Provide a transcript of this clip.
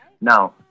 Now